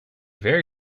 very